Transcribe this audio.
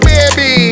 Baby